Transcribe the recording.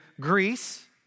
Greece